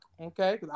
okay